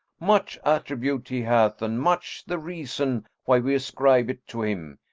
much attribute he hath, and much the reason why we ascribe it to him.